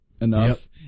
enough